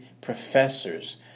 professors